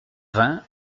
vingt